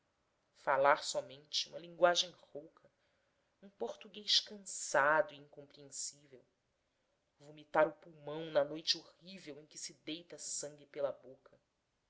falar somente uma linguagem rouca um português cansado e incompreensível vomitar o pulmão na noite horrível em que se deita sangue pela boca